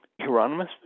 Hieronymus